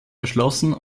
erschlossen